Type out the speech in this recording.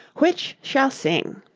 which shall sing